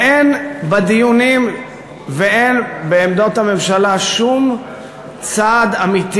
ואין בדיונים ואין בעמדות הממשלה שום צעד אמיתי